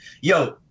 yo